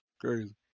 Crazy